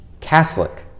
Catholic